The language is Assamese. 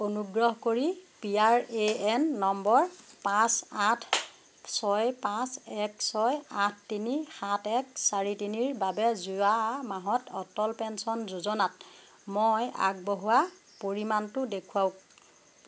অনুগ্ৰহ কৰি পি আৰ এ এন নম্বৰ পাঁচ আঠ ছয় পাঁচ এক ছয় আঠ তিনি সাত এক চাৰি তিনিৰ বাবে যোৱা মাহত অটল পেঞ্চন যোজনাত মই আগবঢ়োৱা পৰিমাণটো দেখুৱাওক